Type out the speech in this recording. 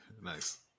nice